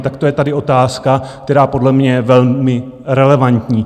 Tak to je tady otázka, která je podle mě velmi relevantní.